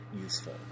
Useful